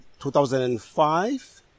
2005